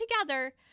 together